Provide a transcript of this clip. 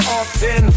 often